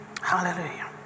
Hallelujah